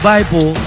Bible